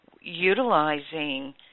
utilizing